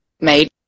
made